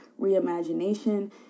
reimagination